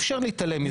אי אפשר להתעלם מזה.